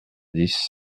dix